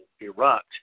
erupt